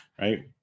Right